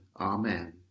Amen